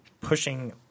pushing